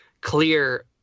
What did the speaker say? clear